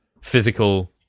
physical